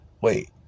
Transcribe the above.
Wait